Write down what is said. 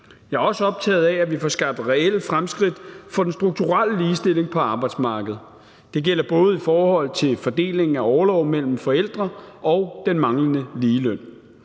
Jeg er også optaget af, at vi får skabt reelle fremskridt for den strukturelle ligestilling på arbejdsmarkedet. Det gælder både i forhold til fordelingen af orlov mellem forældre og den manglende ligeløn.